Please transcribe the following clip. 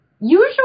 Usually